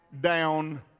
down